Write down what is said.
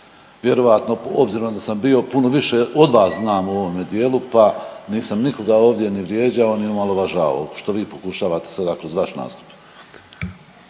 Vjerojatno, obzirom da sam bio puno više od vas znam o ovome dijelu pa nisam nikoga ovdje ni vrijeđao, ni omalovažavao što vi pokušavate sada kroz vaš nastup.